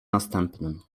następnym